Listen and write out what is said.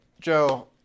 Joe